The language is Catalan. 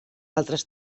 altres